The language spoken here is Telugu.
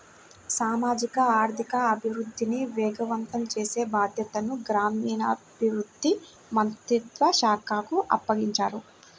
సామాజిక ఆర్థిక అభివృద్ధిని వేగవంతం చేసే బాధ్యతను గ్రామీణాభివృద్ధి మంత్రిత్వ శాఖకు అప్పగించారు